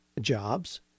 jobs